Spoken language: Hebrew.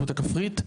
הכפרית.